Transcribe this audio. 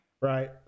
right